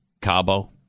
Cabo